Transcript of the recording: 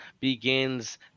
begins